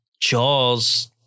jaws